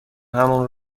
همان